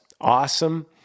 awesome